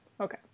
Okay